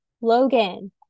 Logan